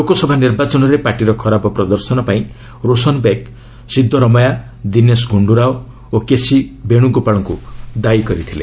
ଲୋକସଭା ନିର୍ବାଚନରେ ପାର୍ଟିର ଖରାପ ପ୍ରଦର୍ଶନ ପାଇଁ ରୋଶନ୍ ବେଗ୍ ସିଦ୍ଦରମେୟା ଦିନେଶ ଗୁଣ୍ଡରାଓ ଓ କେସି ବେଣୁଗୋପାଳଙ୍କୁ ଦାୟୀ କରିଥିଲେ